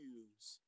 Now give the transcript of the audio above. use